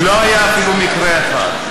לא היה אפילו מקרה אחד.